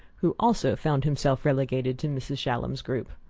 who also found himself relegated to mrs. shallum's group.